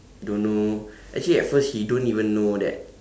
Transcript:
don't know actually at first he don't even know that